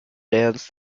dance